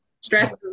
stress